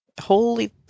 Holy